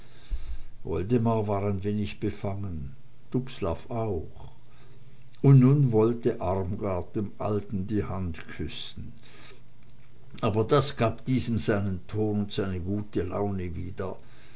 woldemar war ein wenig befangen dubslav auch und nun wollte armgard dem alten die hand küssen aber das gab diesem seinen ton und seine gute laune wieder